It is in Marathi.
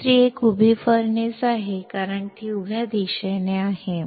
दुसरी एक उभी भट्टी आहे कारण ती उभ्या दिशेने आहे